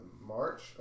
March